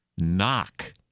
knock